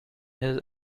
his